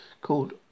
called